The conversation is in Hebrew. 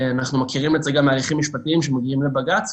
אנחנו מכירים את זה גם מהליכים משפטים שמגיעים לבג"ץ.